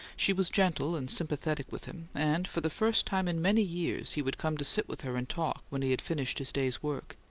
she was gentle and sympathetic with him, and for the first time in many years he would come to sit with her and talk, when he had finished his day's work.